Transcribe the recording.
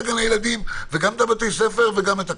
גני הילדים וגם את בתי הספר וגם את הכול.